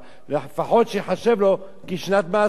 לפחות שייחשב לו כשנת מאסר,